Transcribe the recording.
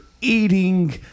eating